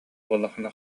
буоллаххына